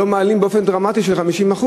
לא מעלים באופן דרמטי ב-50%.